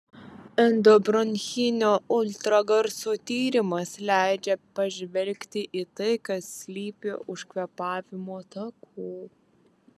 endobronchinio ultragarso tyrimas leidžia pažvelgti į tai kas slypi už kvėpavimo takų